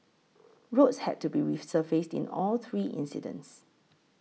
roads had to be resurfaced in all three incidents